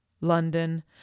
London